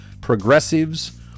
progressives